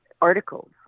Articles